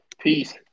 Peace